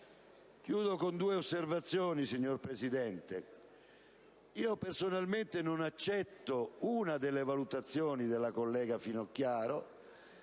Chiudo con due osservazioni. Personalmente non accetto una delle valutazioni della collega Finocchiaro